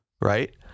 right